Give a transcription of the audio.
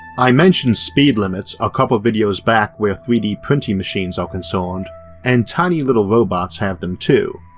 i mentioned speed limits a couple videos back where three d printing machines are concerned and tiny little robots have them too.